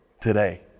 today